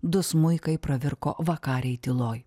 du smuikai pravirko vakarėj tyloj